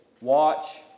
watch